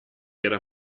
era